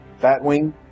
Batwing